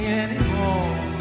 anymore